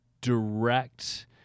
direct